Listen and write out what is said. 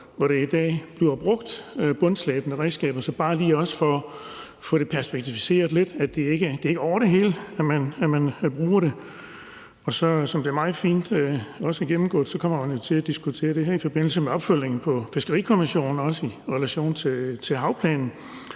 hvor der i dag bliver brugt bundslæbende redskaber. Så det er også bare lige for at få det perspektiveret lidt, i forhold til at det ikke er over det hele, man bruger det. Og som det også er gennemgået meget fint, kommer man jo til at diskutere det her i forbindelse med opfølgningen på Fiskerikommissionen og også i relation til havplanen,